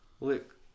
look